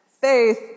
faith